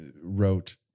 wrote